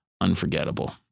Unforgettable